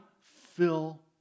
Fill